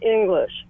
English